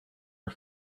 are